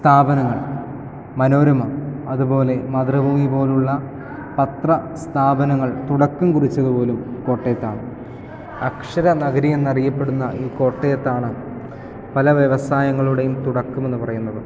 സ്ഥാപനങ്ങൾ മനോരമ അതുപോലെ മാതൃഭൂമി പോലുള്ള പത്ര സ്ഥാപനങ്ങൾ തുടക്കം കുറിച്ചത് പോലും കോട്ടയത്താണ് അക്ഷരനഗരി എന്നറിയപ്പെടുന്ന ഈ കോട്ടയത്താണ് പല വ്യവസായങ്ങളുടെയും തുടക്കം എന്ന് പറയുന്നത്